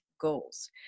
goals